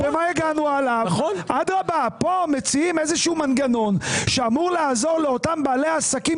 כאן מציעים איזשהו מנגנון שאמור לעזור לאותם בעלי עסקים